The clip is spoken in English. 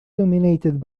dominated